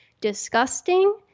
disgusting